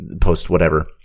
post-whatever